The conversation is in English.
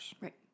Right